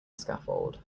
scaffold